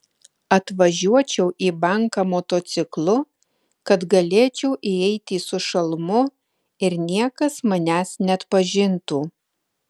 atvažiuočiau į banką motociklu kad galėčiau įeiti su šalmu ir niekas manęs neatpažintų